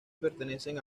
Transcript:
pertenecen